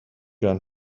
gun